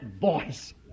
voice